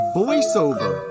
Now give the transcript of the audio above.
voiceover